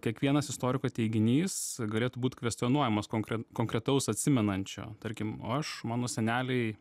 kiekvienas istoriko teiginys galėtų būt kvestionuojamas konkret konkretaus atsimenančio tarkim aš mano seneliai